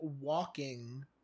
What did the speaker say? walking